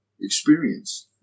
experience